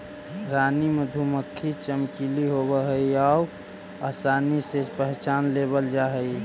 रानी मधुमक्खी चमकीली होब हई आउ आसानी से पहचान लेबल जा हई